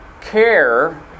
care